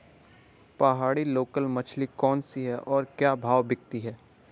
पहाड़ी लोकल मछली कौन सी है और क्या भाव बिकती है?